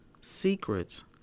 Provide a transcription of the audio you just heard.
secrets